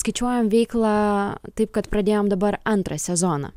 skaičiuojam veiklą taip kad pradėjom dabar antrą sezoną